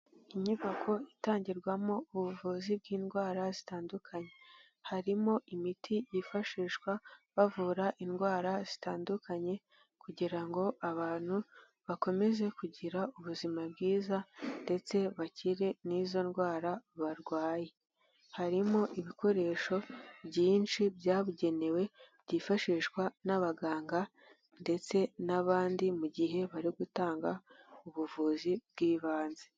Inyubako itangirwamo ubuvuzi bw'indwara zitandukanye. Harimo imiti yifashishwa bavura indwara zitandukanye kugira ngo abantu bakomeze kugira ubuzima bwiza ndetse bakire n'izo ndwara barwaye. Harimo ibikoresho byinshi byabugenewe byifashishwa n'abaganga ndetse n'abandi mu gihe bari gutanga ubuvuzi bw'ibanze.